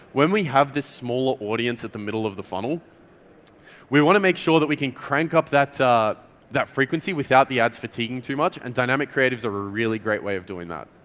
when we have this smaller audience at the middle of the funnel we want to make sure that we can crank up that that frequency without the ads fatiguing too much and dynamic creatives are a really great way of doing that.